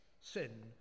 sin